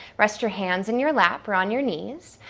rest your hands in your lap or on your knees,